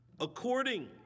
according